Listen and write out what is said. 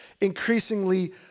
increasingly